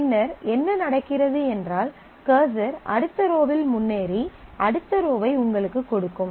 பின்னர் என்ன நடக்கிறது என்றால் கர்சர் அடுத்த ரோவில் முன்னேறி அடுத்த ரோவை உங்களுக்குக் கொடுக்கும்